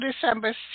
December